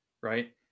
right